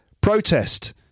Protest